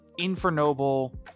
Infernoble